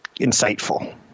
insightful